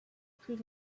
plus